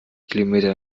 kilometern